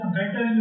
better